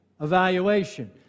evaluation